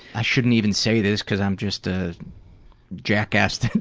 i shouldn't even say this cause i'm just a jackass